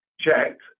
checked